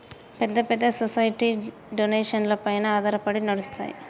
పెద్ద పెద్ద సొసైటీలు డొనేషన్లపైన ఆధారపడి నడుస్తాయి